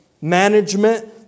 management